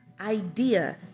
idea